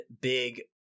big